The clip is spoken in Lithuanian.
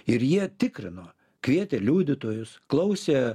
ir jie tikrino kvietė liudytojus klausė